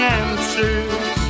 answers